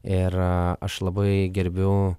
ir aš labai gerbiu